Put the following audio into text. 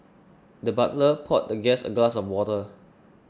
the butler poured the guest a glass of water